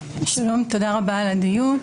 שלום, תודה רבה על הדיון.